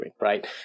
right